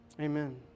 Amen